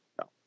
No